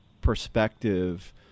perspective